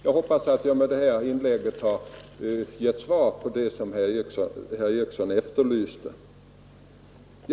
— Jag hoppas att jag med detta inlägg har givit de upplysningar som herr Eriksson i Arvika efterlyste.